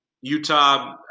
Utah